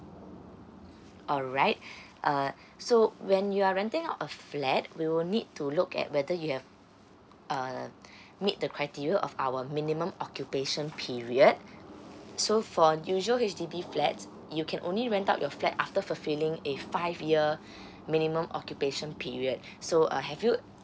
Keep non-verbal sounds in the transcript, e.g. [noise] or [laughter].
alright uh so when you are renting out a flat we will need to look at whether you have uh meet the criteria of our minimum occupation period so for usual H_D_B flats you can only rent out your flat after fulfilling a five year [breath] minimum occupation period so uh have you